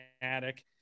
attic